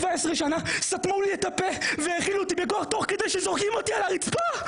סתמו את הפה והאכילו אותי תוך כדי שזורקים אותי על הרצפה.